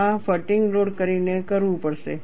આ fatigue load કરીને કરવું પડશે